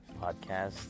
podcast